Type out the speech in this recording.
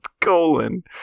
colon